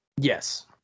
Yes